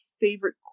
favorite